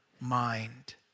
mind